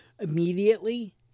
immediately